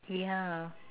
yeah